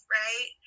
right